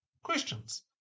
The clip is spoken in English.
questions